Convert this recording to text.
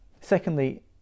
Secondly